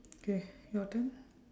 okay your turn